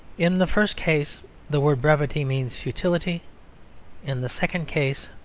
in the first case the word brevity means futility in the second case,